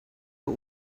but